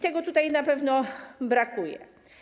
Tego tutaj na pewno brakuje.